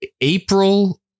April